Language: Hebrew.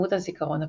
וכמות הזיכרון הפנוי.